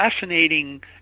fascinating